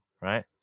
right